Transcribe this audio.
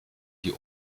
die